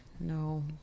No